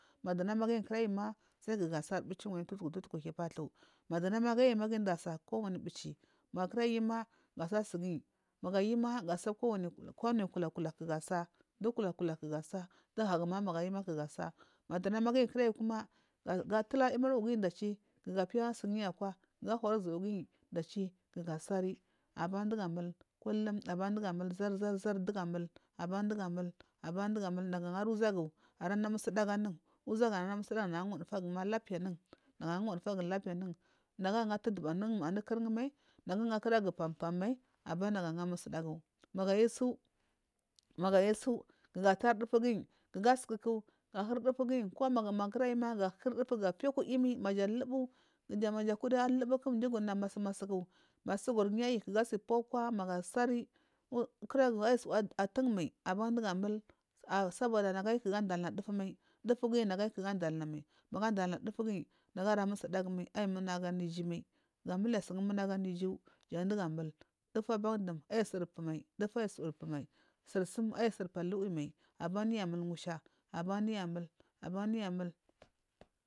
Madunama guyi ayima saikuga asari viyi wayi towu tuwoku hiyi hiy batuwo madunama guyi ayima gaduga saa kowani bici magurayima ga saa suguyi maya a yuma gasakowanibili kowani kula kula kuga a saa duwo kula kola kuga asaa dowu hagu maga ayubu ga a saa maduwu namaguyi kurayi ma kuga atulari imiri u, u guyi dash kuga apiya suguyi akwa ga huri uzuguyi dash ga a sari abandu gu amul kullum aban dugu amul zar zar dugu amul aban dugu a mul nagu ahari uzugu arana musu dagu anun zugu ana musu uzugu ara na musudagu anun lapiya nagu ahari wudowu fug u a na lapiya anun nagu aha of tuwo tubu a nukur wumai nagu aha kuragu panpam mai aban nagu aha musudagu maga ayusu. Maga ayusu ga tari damu fuguyi kuga asukuku kuga a sukuku ko maga kura yuma kuga ahuri dowufu gag a arigaku imi maja lubu maja kiralubu doja ugur na masu masuku ma sugur guyi ayi kuga asi piya akwa ga sari, u, kira gu uzuwa a tun mai a soboda nagu ayi kuga adal na dowufu mai dowufuguyi nagu ayu kuja a dal nayi mai magu adalna dowufugyi nagu ara musudagu mai ara na muna gu anu uju mai ga muliya sun munagu anu uju jan dugu amul dowufu aban dam ayi sur puwo mai dowufu ayi sur puwumai sur sum ayi sul puwo alu wiyi mai a banduya a mul musha aban duya amul abanduya amul.